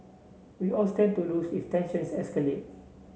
we all stand to lose if tensions escalate